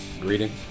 Greetings